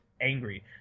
angry